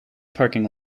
parking